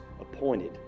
appointed